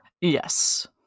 Yes